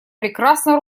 прекрасно